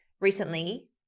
recently